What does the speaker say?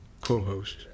co-host